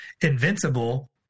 invincible